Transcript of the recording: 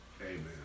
Amen